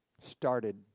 started